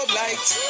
lights